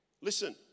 Listen